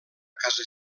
casa